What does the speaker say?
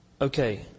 Okay